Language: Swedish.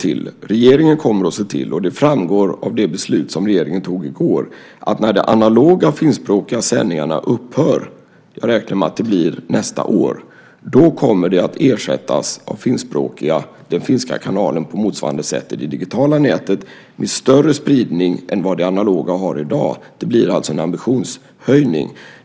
Jag och regeringen kommer att se till - det framgår av det beslut som regeringen fattade i går - att när de analoga finskspråkiga sändningarna upphör, vilket jag räknar med blir nästa år, så kommer de att ersättas av den finska kanalen på motsvarande sätt i det digitala nätet med större spridning än det analoga har i dag. Det blir alltså en ambitionshöjning.